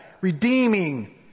Redeeming